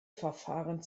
verfahren